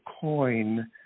coin